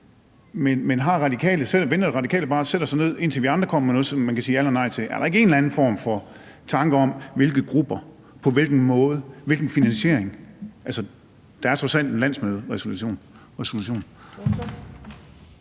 men sætter Radikale sig bare ned og venter, indtil vi andre kommer med noget, som man kan sige ja eller nej til? Er der ikke en eller anden form for tanke om hvilke grupper, på hvilken måde, hvilken finansiering? Der er trods alt en landsmøderesolution.